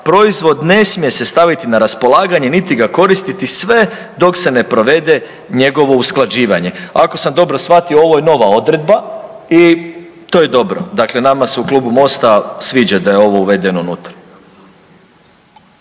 proizvod ne smije se staviti na raspolaganje niti ga koristiti sve dok se ne provede njegovo usklađivanje. Ako sam dobro shvatio, ovo je nova odredba i to je dobro, dakle nama se u klubu MOST-a sviđa da je ovo uvedeno unutra.